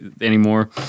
anymore